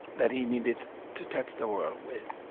that he needed to touch the world with